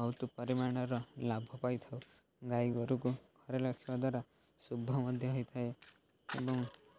ବହୁତ ପରିମାଣର ଲାଭ ପାଇଥାଉ ଗାଈ ଗୋରୁକୁ ଘରେ ରଖିବା ଦ୍ୱାରା ଶୁଭ ମଧ୍ୟ ହୋଇଥାଏ ଏବଂ